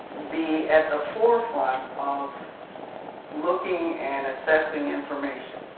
be at the forefront of looking and assessing information.